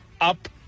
up